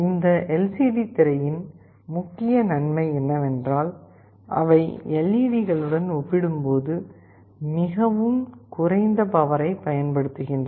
இந்த எல்சிடி திரையின் முக்கிய நன்மை என்னவென்றால் அவை LEDகளுடன் ஒப்பிடும்போது மிகக் குறைந்த பவரை பயன்படுத்துகின்றன